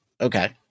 okay